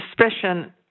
suspicion